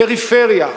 פריפריה?